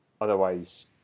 otherwise